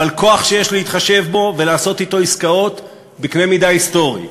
אבל כוח שיש להתחשב בו ולעשות אתו עסקאות בקנה-מידה היסטורי.